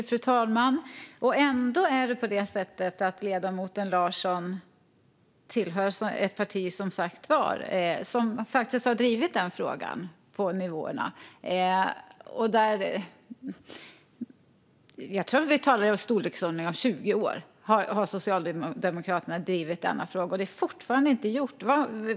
Fru talman! Ledamoten Larsson tillhör som sagt ett parti som har drivit denna fråga i storleksordningen 20 år, men det är fortfarande inte gjort.